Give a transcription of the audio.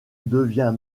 devient